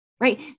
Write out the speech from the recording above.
right